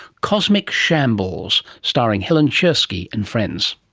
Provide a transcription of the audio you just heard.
cosmic shambles, starring helen czerski and friends.